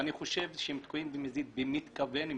ואני חושב שהם תקועים במזיד ובמתכוון,